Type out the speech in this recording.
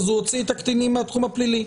אז הוא הוציא את הקטינים מהתחום הפלילי.